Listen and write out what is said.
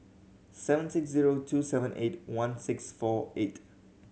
seven six zero two seven eight one six four eight